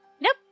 Nope